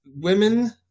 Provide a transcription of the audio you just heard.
women